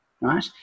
right